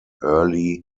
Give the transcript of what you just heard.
early